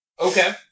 Okay